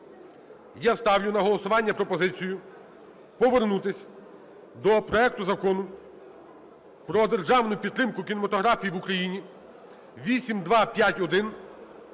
Я ставлю на голосування пропозицію повернутись до проекту Закону "Про державну підтримку кінематографії в України" (8251).